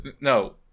No